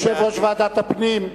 יושב-ראש ועדת הפנים,